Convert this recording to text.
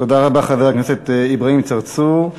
חבר הכנסת אברהים צרצור.